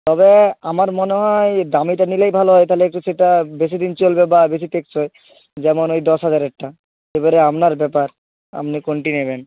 তবে আমার মনে হয় দামিটা নিলেই ভালো হয় তাহলে একটু সেটা বেশিদিন চলবে বা বেশি টেকসই যেমন ওই দশ হাজারেরটা এবারে আপনার ব্যাপার আপনি কোনটি নেবেন